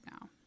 now